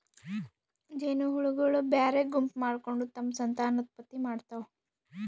ಜೇನಹುಳಗೊಳ್ ಬ್ಯಾರೆ ಗುಂಪ್ ಮಾಡ್ಕೊಂಡ್ ತಮ್ಮ್ ಸಂತಾನೋತ್ಪತ್ತಿ ಮಾಡ್ತಾವ್